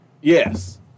Yes